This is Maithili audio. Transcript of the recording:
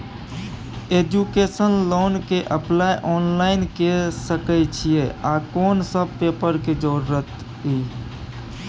एजुकेशन लोन के अप्लाई ऑनलाइन के सके छिए आ कोन सब पेपर के जरूरत इ?